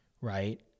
right